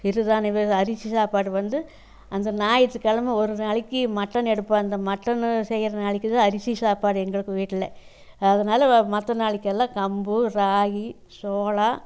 சிறுதானியம் அரிசி சாப்பாடு வந்து அந்த ஞாயித்துக்கிழம ஒரு நாளைக்கு மட்டன் எடுப்போம் அந்த மட்டனு செய்யுற நாளைக்குதான் அரிசி சாப்பாடு எங்களுக்கு வீட்டில் அதனால் மற்ற நாளைக்கெல்லாம் கம்பு ராகி சோளம்